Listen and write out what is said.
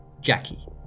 Jackie